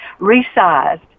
resized